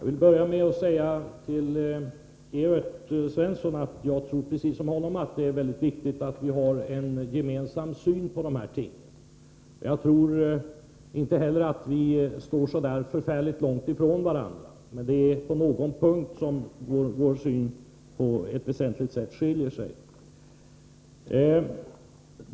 Herr talman! Jag tror precis som Evert Svensson att det är mycket viktigt att vi har en gemensam syn på dessa ting. Jag tror inte heller att vi står så långt ifrån varandra — det är på någon punkt som våra uppfattningar väsentligt skiljer sig.